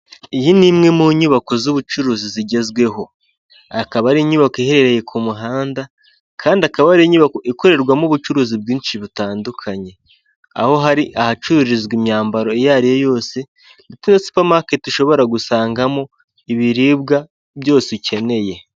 Iyi ni imwe mu nyubako z'ubucuruzi zigezweho, akaba ari inyubako iherereye ku muhanda kandi akaba ari inyubako ikorerwamo ubucuruzi bwinshi butandukanye, aho hari ahacururizwa imyambaro iyo ari yo yose, na supamaketi ushobora gusangamo ibiribwa byose ukeneye.